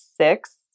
six